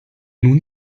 nun